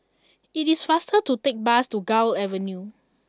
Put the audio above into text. it is faster to take bus to Gul Avenue